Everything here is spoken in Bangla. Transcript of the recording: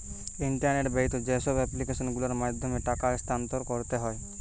ইন্টারনেট বাহিত যেইসব এপ্লিকেশন গুলোর মাধ্যমে টাকা স্থানান্তর করতে হয়